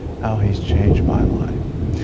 how he has changed my life.